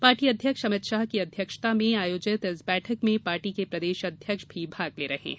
party अध्यक्ष अमित शाह की अध्यक्षता में आयोजित इस बैठक में पार्टी के प्रदेश अध्यक्ष भी भाग ले रहे हैं